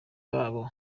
babo